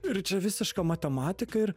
ir čia visiška matematika ir